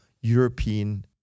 European